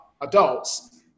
adults